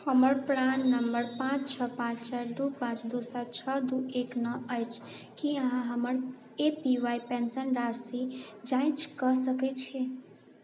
हमर प्राण नम्बर पाँच छओ पाँच चार दू पाँच दू सात छओ दू एक नओ अछि की अहाँ हमर ए पी वाइ पेन्शन राशि जाँच कऽ सकैत छी